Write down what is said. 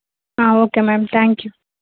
okay ma'am thank you